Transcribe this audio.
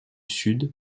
sud